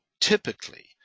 typically